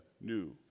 new